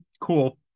cool